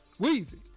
Weezy